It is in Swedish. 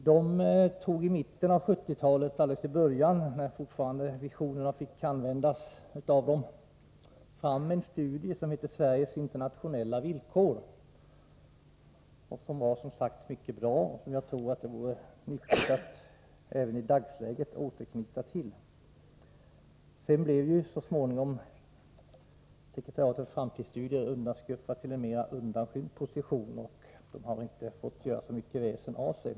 Sekretariatet för framtidsstudier tog i början av 1970-talet, när visionerna fortfarande fick tas till vara, fram en studie som heter Sveriges internationella villkor. Det var en mycket bra studie som jag tror att det vore nyttigt att i dagsläget återknyta till. Så småningom blev Sekretariatet för framtidsstudier undanskuffat och fick en mer undanskymd position, så det har inte fått göra så mycket väsen av sig.